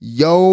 yo